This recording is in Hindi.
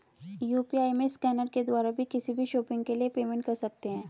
यू.पी.आई में स्कैनर के द्वारा भी किसी भी शॉपिंग के लिए पेमेंट कर सकते है